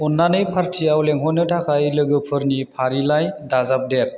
अन्नानै पार्टिआव लिंहरनो थाखाय लोगोफोरनि फारिलाइ दाजाबदेर